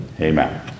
Amen